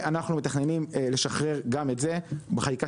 אנחנו מתכננים לשחרר גם את זה בחקיקה,